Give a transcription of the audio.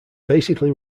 basically